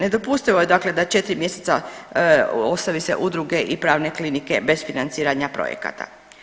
Nedopustivo je dakle da 4 mjeseca ostavi se udruge i pravne klinike bez financiranja projekata.